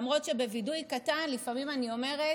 למרות שבווידוי קטן לפעמים אני אומרת: